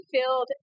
filled